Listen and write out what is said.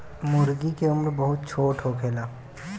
मूर्गी के उम्र बहुत छोट होखेला